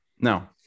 now